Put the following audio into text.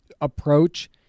approach